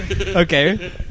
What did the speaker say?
Okay